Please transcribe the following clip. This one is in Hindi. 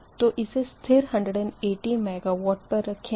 तो इसे स्थिर 180 MW पर रखेंगे